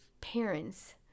parents